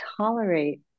tolerate